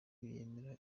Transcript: yemera